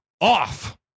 off